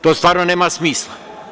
To stvarno nema smisla.